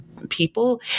people